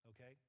okay